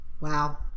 Wow